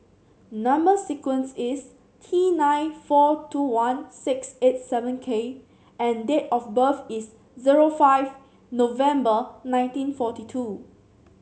number sequence is T nine four two one six eight seven K and date of birth is zero five November nineteen forty two